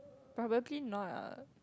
probably not ah